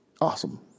Awesome